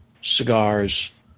cigars